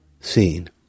seen